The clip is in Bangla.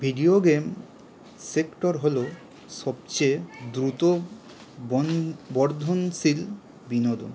ভিডিও গেম সেক্টর হল সবচেয়ে দ্রুত বর্ধনশীল বিনোদন